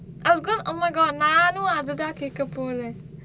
I was going oh my god நானும் அதுதான் கேக்க போறறேன்:naanum athuthaan kekka poraen